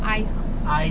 ice